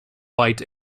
light